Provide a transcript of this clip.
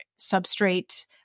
substrate